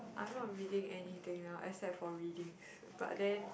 I'm not reading anything now except for readings but then